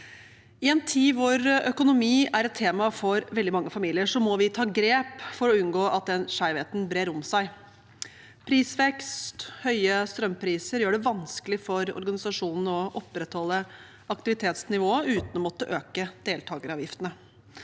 I en tid hvor økonomi er et tema for veldig mange familier, må vi ta grep for å unngå at den skjevheten brer seg. Prisvekst og høye strømpriser gjør det vanskelig for organisasjonene å opprettholde aktivitetsnivået uten å måtte øke deltakeravgiftene.